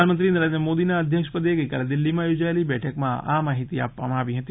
પ્રધાનમંત્રી નરેન્દ્ર મોદીના અધ્યક્ષપદે ગઈકાલે દિલ્હીમાં યોજાયેલી બેઠકમાં આ માહિતી આપવામાં આવી હતી